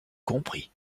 compris